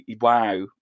wow